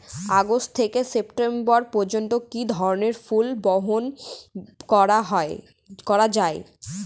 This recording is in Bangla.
আগস্ট থেকে সেপ্টেম্বর পর্যন্ত কি ধরনের ফুল বপন করা যায়?